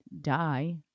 die